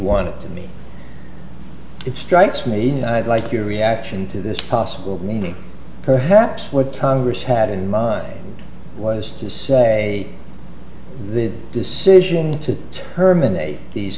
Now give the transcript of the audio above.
want to me it strikes me like your reaction to this possible meaning perhaps what tundras had in mind was to say the decision to terminate these